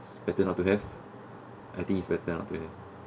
better not to have I think it's better not to have